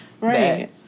right